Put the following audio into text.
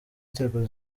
nzego